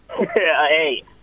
Hey